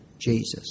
Jesus